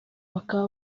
bakaba